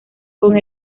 con